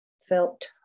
felt